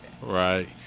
Right